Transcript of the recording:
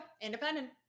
Independent